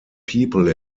people